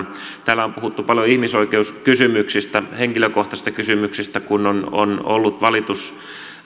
täällä on puhuttu paljon ihmisoikeuskysymyksistä henkilökohtaisista kysymyksistä kun on on ollut